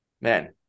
man